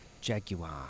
Jaguar